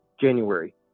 January